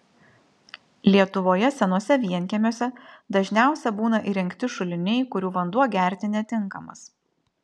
lietuvoje senuose vienkiemiuose dažniausia būna įrengti šuliniai kurių vanduo gerti netinkamas